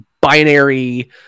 binary